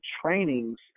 trainings